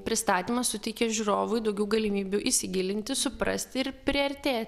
pristatymas suteikia žiūrovui daugiau galimybių įsigilinti suprasti ir priartėt